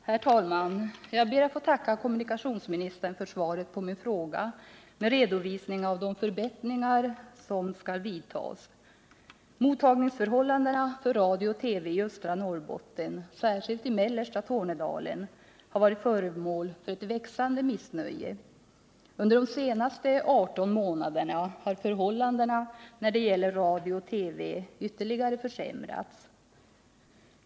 Herr talman! Jag ber att få tacka kommunikationsministern för svaret med redovisningen av de förbättringar som skall vidtas. Mottagningsförhållandena för radio och TV i östra Norrbotten, särskilt i mellersta Tornedalen, har varit föremål för ett växande missnöje. Under de senaste 18 månaderna har förhållandena när det gäller radio och TV ytterligare försämrats.